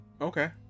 Okay